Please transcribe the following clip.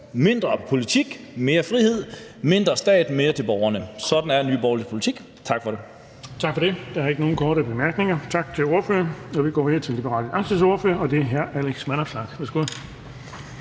Mindre politik – mere frihed; mindre stat – mere til borgerne. Sådan er Nye Borgerliges politik. Tak for det.